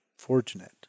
Fortunate